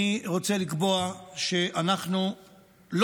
אתה לוקח לי קצת, חברת הכנסת שטרית, תודה.